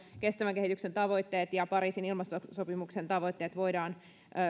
kestävän kehityksen tavoitteet ja pariisin ilmastosopimuksen tavoitteet voidaan